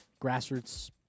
grassroots